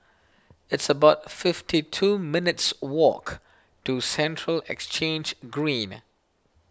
it's about fifty two minutes' walk to Central Exchange Green